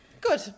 Good